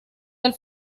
del